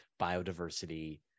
biodiversity